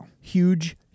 huge